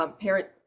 parent